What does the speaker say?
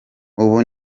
ubu